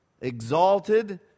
exalted